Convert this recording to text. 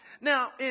Now